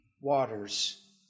waters